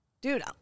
Dude